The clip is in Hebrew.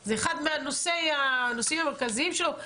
זה אחד מהנושאים המרכזיים שלו,